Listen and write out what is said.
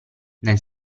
nel